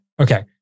Okay